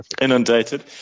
inundated